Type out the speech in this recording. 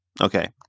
Okay